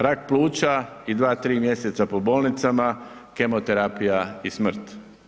Rak pluća i 2-3 mjeseca po bolnicama, kemoterapija i smrt.